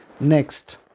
next